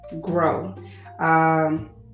grow